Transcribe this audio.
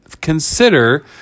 consider